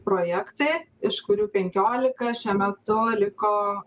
projektai iš kurių penkiolika šiuo metu liko